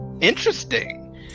interesting